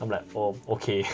i'm like oh okay